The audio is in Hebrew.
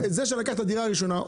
זה שלקח את הדירה הראשונה,